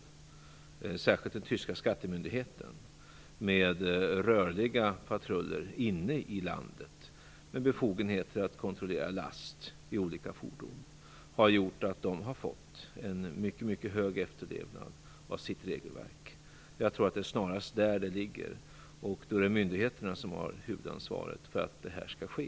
Det gäller särskilt den tyska skattemyndighetens agerande med rörliga patruller inne i landet med befogenhet att kontrollera last i olika fordon. De har därigenom fått en mycket, mycket stor efterlevnad av sitt regelverk. Jag tror att det snarast är där problemet ligger. Myndigheterna har huvudansvaret för att det här skall ske.